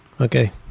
okay